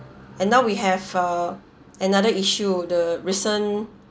and now we have uh another issue the recent